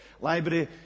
Library